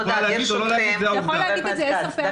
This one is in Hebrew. אתה יכולה להגיד או לא להגיד, זו העובדה.